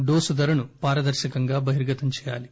dose ధరను పారదర్శకంగా బహిర్గతం చేయాలి